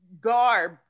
garb